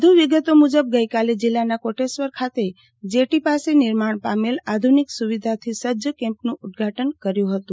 વધુ વિગતો મુજબ ગઈકાલે જિલ્લાના કોટેશ્વર ખાતે જે ટી પાસે નિર્માણ પામેલ આધુનિક સુવિધાથી સજ્જ કેમ્પનું ઉદઘાટન કર્યુ હતું